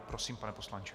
Prosím, pane poslanče.